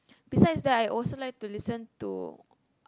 besides that I also like to listen to